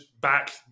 back